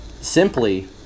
simply